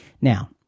Now